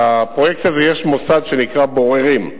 בפרויקט הזה יש מוסד שנקרא בוררים.